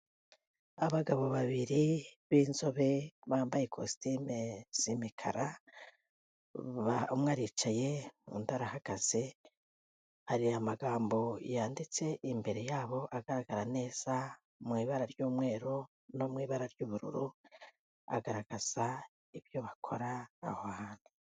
Abagabo babiri b'inzobe bambaye costume z'imikara, umwe aricayez undi arahagaze, hari magambo yanditse imbere yabo agaragara neza mu ibara ry'umweru no mu ibara ry'ubururu, agaragaza ibyo bakora aho hantu.